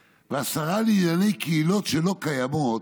אוי, "והשרה לענייני קהילות שלא קיימות"